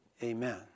Amen